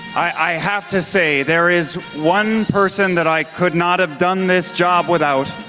i have to say, there is one person that i could not have done this job without.